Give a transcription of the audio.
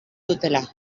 dutela